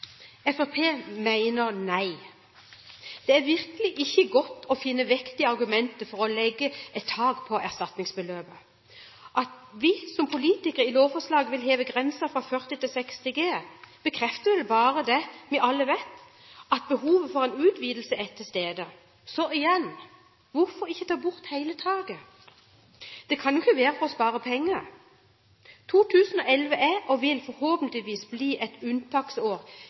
nei. Det er virkelig ikke godt å finne vektige argumenter for å legge et tak på erstatningsbeløpet. At vi som politikere i lovforslaget vil heve grensen fra 40 til 60 G, bekrefter vel bare det vi alle vet, at behovet for en utvidelse er til stede. Så igjen: Hvorfor ikke ta bort hele taket? Det kan ikke være for å spare penger. 2011 er, og vil forhåpentligvis bli, et unntaksår